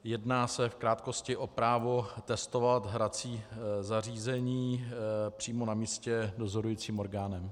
Jedná se, v krátkosti, o právo testovat hrací zařízení přímo na místě dozorujícím orgánem.